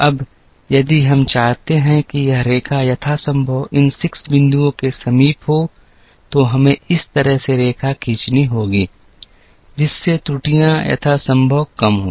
अब यदि हम चाहते हैं कि यह रेखा यथासंभव इन 6 बिंदुओं के समीप हो तो हमें इस तरह से रेखा खींचनी होगी जिससे त्रुटियां यथासंभव कम हों